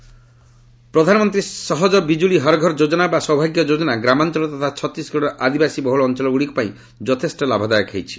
ସୌଭାଗ୍ୟ ଯୋଜନା ପ୍ରଧାନ ମନ୍ତ୍ରୀ ସହଜ ବିଜୁଳି ହରଘର ଯୋଜନା ବା ସୌଭାଗ୍ୟ ଯୋଜନା ଗ୍ରାମାଞ୍ଚଳ ତଥା ଛତିଶଗଡ଼ର ଆଦିବାସୀ ବହୁଳ ଅଞ୍ଚଳଗୁଡ଼ିକ ପାଇଁ ଯଥେଷ୍ଟ ଲାଭଦାୟକ ହୋଇଛି